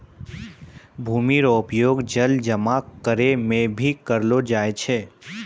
भूमि रो उपयोग जल जमा करै मे भी करलो जाय छै